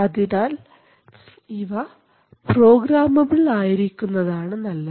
അതിനാൽ ഇവ പ്രോഗ്രാമബൾ ആയിരിക്കുന്നതാണ് നല്ലത്